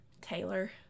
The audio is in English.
Taylor